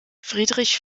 friedrich